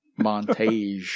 montage